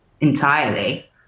Entirely